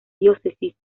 diócesis